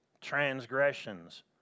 transgressions